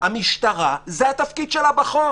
המשטרה, זה התפקיד שלה בחוק.